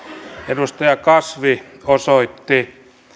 edustaja kasvi osoitti